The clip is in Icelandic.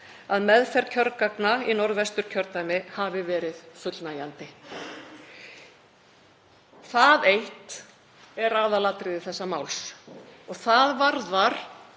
að meðferð kjörgagna í Norðvesturkjördæmi hafi verið fullnægjandi. Það eitt er aðalatriði þessa máls og það varðar